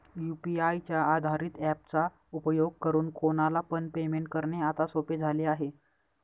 UPI च्या आधारित app चा उपयोग करून कोणाला पण पेमेंट करणे आता सोपे झाले आहे